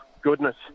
goodness